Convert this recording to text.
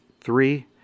three